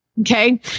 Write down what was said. Okay